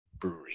Brewery